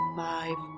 five